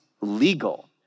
legal